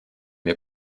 mir